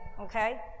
okay